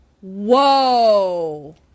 Whoa